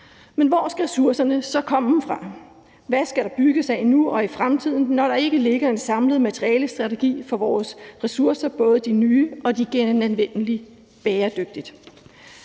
Men hvor skal ressourcerne så komme fra? Hvad skal der bygges af nu og i fremtiden, når der ikke ligger en samlet materialestrategi for vores ressourcer, både de nye og de bæredygtigt